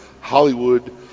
Hollywood